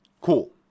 Cool